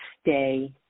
stay